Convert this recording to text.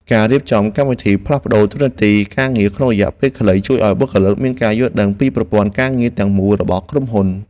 ការរៀបចំកម្មវិធីផ្លាស់ប្តូរតួនាទីការងារក្នុងរយៈពេលខ្លី ជួយឱ្យបុគ្គលិកមានការយល់ដឹងពីប្រព័ន្ធការងារទាំងមូលរបស់ក្រុមហ៊ុន។